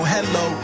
Hello